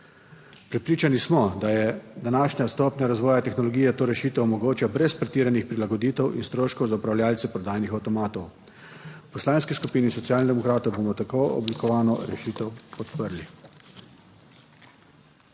Prepričani smo, da je današnja stopnja razvoja tehnologije to rešitev omogoča brez pretiranih prilagoditev in stroškov za upravljavce prodajnih avtomatov. V Poslanski skupini Socialnih demokratov bomo tako oblikovano rešitev podprli.